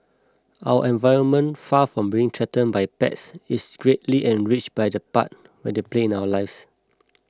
our environment far from being threatened by pets is greatly enriched by the part they play in our lives